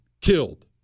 Killed